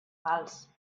fals